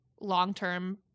long-term